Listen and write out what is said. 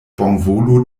bonvolu